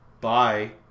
bye